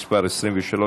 מס' 23),